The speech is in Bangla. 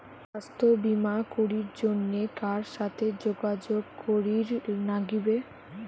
স্বাস্থ্য বিমা করির জন্যে কার সাথে যোগাযোগ করির নাগিবে?